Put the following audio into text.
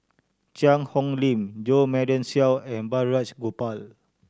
Cheang Hong Lim Jo Marion Seow and Balraj Gopal